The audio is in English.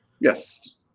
Yes